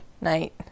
night